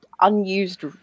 unused